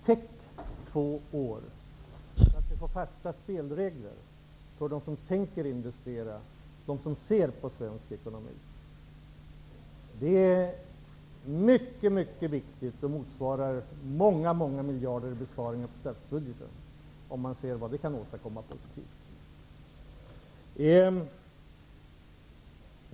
Täck två år, så att vi får fasta spelregler för dem som tänker investera, för dem som ser på svensk ekonomi! Detta är mycket viktigt. Om man ser vad det kan åstadkomma positivt, finner man att det motsvarar besparingar i statsbudgeten på många miljarder.